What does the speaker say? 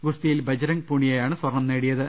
ഗുസ്തിയിൽ ബജ്രംഗ് പുണിയയാണ് സ്വർണം നേടിയത്